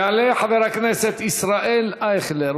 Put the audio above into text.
יעלה חבר הכנסת ישראל אייכלר.